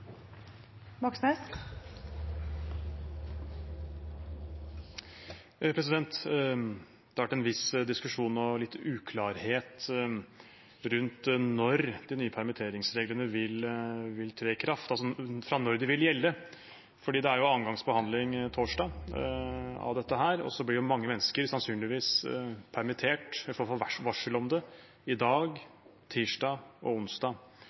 Det har vært en viss diskusjon og litt uklarhet rundt når de nye permitteringsreglene vil tre i kraft, og fra når de vil gjelde, for det er andre gangs behandling av dette på torsdag. Mange mennesker blir sannsynligvis permittert eller får varsel om det i dag, tirsdag og onsdag.